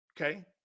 Okay